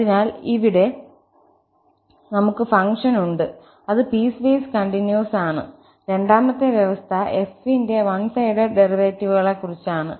അതിനാൽ ഇവിടെ നമുക്ക് ഫംഗ്ഷൻ ഉണ്ട് അത് പീസ്വേസ് കണ്ടിന്യൂസ് ആണ് രണ്ടാമത്തെ വ്യവസ്ഥ f ന്റെ വൺ സൈഡഡ് ഡെറിവേറ്റീവുകളെക്കുറിച്ചാണ്